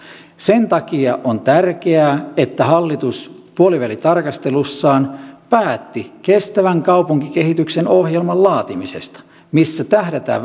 sen takia on tärkeää että hallitus puolivälitarkastelussaan päätti kestävän kaupunkikehityksen ohjelman laatimisesta missä tähdätään